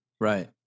right